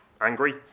angry